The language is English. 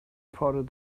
prodded